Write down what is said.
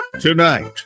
Tonight